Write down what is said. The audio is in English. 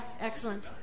excellent